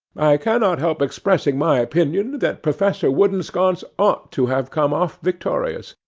i cannot help expressing my opinion that professor woodensconce ought to have come off victorious.